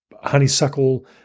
honeysuckle